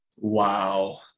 Wow